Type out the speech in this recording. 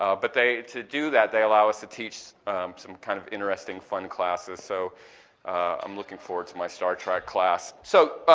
ah but to do that, they allow us to teach some kind of interesting, fun classes, so i'm looking forward to my star trek class. so,